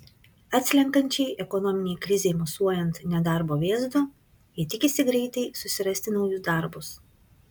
atslenkančiai ekonominei krizei mosuojant nedarbo vėzdu jie tikisi greitai susirasti naujus darbus